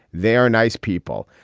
they are nice people.